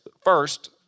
First